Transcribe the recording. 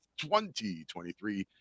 2023